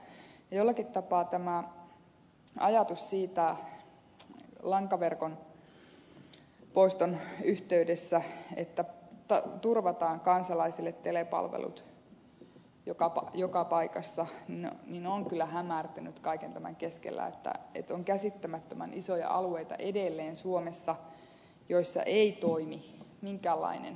jollakin tapaa tämä ajatus lankaverkon poiston yhteydessä siitä että turvataan kansalaisille telepalvelut joka paikassa on kyllä hämärtynyt kaiken tämän keskellä että on käsittämättömän isoja alueita edelleen suomessa joissa ei toimi minkäänlainen kännykkäpuhelinliikenne